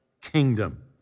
kingdom